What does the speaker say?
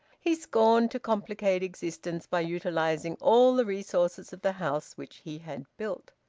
he scorned to complicate existence by utilising all the resources of the house which he had built.